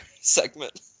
segment